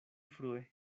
frue